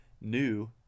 new